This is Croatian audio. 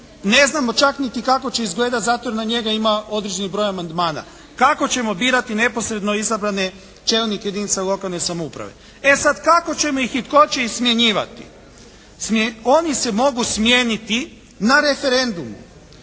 Ne znamo čak niti kako će izgledati zato jer na njega ima određeni broj amandmana. Kako ćemo birati neposredno izabrane čelnike jedinica lokalne samouprave. E sada, kako ćemo i tko će ih smjenjivati? Oni se mogu smijeniti na referendumu